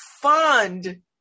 fund